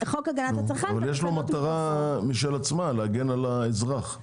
יש לו מטרה משל עצמה להגן על האזרח.